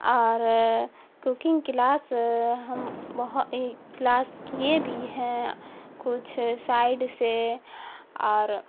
اور cooking class ہم class کیے بھی ہیں کچھ سائڈ سے اور